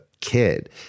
kid